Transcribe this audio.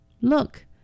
Look